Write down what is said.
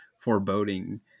foreboding